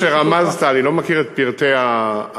כפי שרמזת, אני לא מכיר את פרטי המקרה.